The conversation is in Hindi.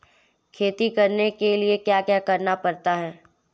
खेती करने के लिए क्या क्या करना पड़ता है?